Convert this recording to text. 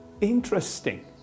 interesting